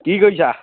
কি কৰিছা